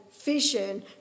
vision